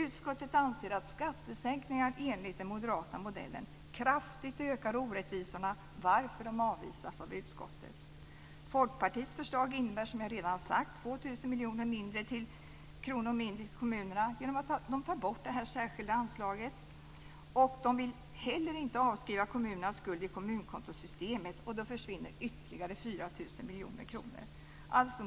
Utskottet anser att skattesänkningar enligt den moderata modellen kraftigt ökar orättvisorna, varför de avvisas av utskottet. Folkpartiets förslag innebär som sagt 2 000 miljoner kronor mindre till kommunerna genom att man tar bort anslaget för särskilda insatser. Man vill heller inte avskriva kommunernas skuld i kommunkontosystemet, och då försvinner ytterligare 4 000 miljoner kronor.